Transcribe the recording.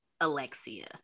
Alexia